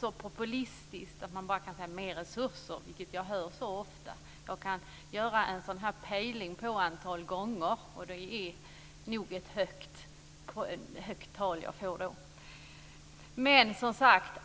bara populistiskt säga "mer resurser", något som jag ofta får höra. Om jag skulle göra en pejling på antalet tillfällen, skulle jag nog komma fram till ett högt tal.